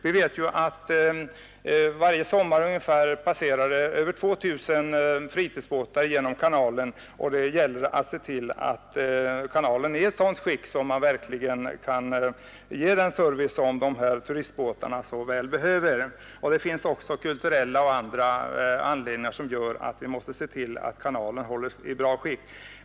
Vi vet att varje sommar passerar över 2 000 fritidsbåtar genom kanalen, och det gäller att se till att kanalen är i sådant skick att man verkligen kan ge den service som de här turistbåtarna så väl behöver. Det finns också kulturella och andra anledningar som gör att vi måste se till att kanalen hålls i bra skick.